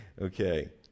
okay